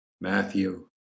Matthew